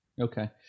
Okay